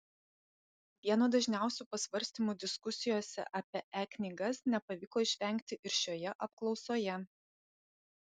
vieno dažniausių pasvarstymų diskusijose apie e knygas nepavyko išvengti ir šioje apklausoje